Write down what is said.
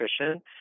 nutrition